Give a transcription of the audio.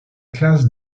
classe